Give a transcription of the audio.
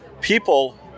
People